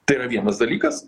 tai yra vienas dalykas